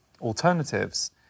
alternatives